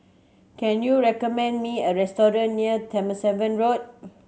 can you recommend me a restaurant near Road